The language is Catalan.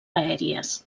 aèries